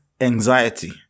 anxiety